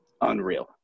unreal